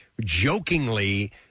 jokingly